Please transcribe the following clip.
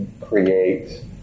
create